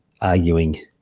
arguing